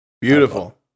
Beautiful